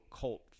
cult